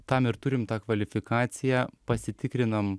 tam ir turim tą kvalifikaciją pasitikrinam